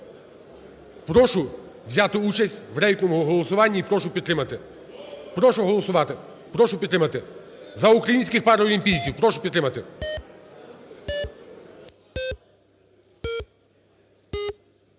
Прошу взяти участь в рейтинговому голосуванні і прошу підтримати. Прошу голосувати, прошу підтримати. За українських паралімпійців, прошу підтримати.